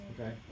Okay